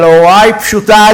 אבל ההוראה היא פשוטה,